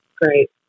Great